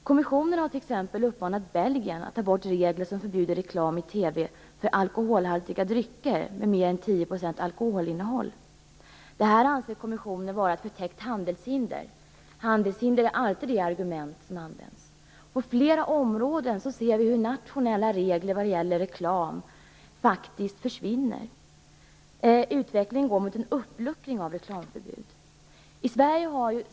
Kommissionen har t.ex. uppmanat Belgien att ta bort regler som förbjuder reklam i TV för alkoholhaltiga drycker med mer än 10 % alkoholinnehåll. Det anser kommissionen vara ett förtäckt handelshinder. Handelshinder är alltid det argument som används. På flera områden ser vi hur nationella regler vad gäller reklam faktiskt försvinner. Utvecklingen går mot en uppluckring av reklamförbud.